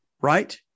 right